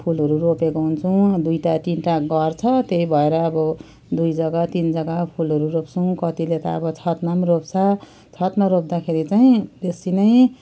फुलहरू रोपेको हुन्छौँ दुइवटा तिनवटा घर छ त्यही भएर अब दुई जगा तिन जगा फुलहरू रोप्छौँ कतिले त अब छतमा रोप्छ छतमा रोप्दाखेरि चाहिँ बेसी नै